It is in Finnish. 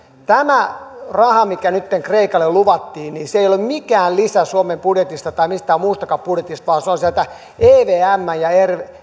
tämä raha mikä nytten kreikalle luvattiin ei ole ole mikään lisä suomen budjetista tai mistään muustakaan budjetista vaan se on sieltä evmn ja